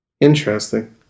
Interesting